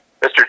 Mr